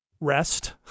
rest